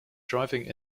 driving